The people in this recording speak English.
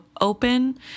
open